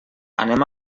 anem